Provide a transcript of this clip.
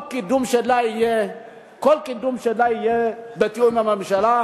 וכל קידום שלה יהיה בתיאום עם הממשלה,